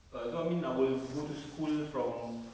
err so I mean I will go to school from